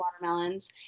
Watermelons